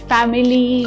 Family